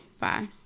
Bye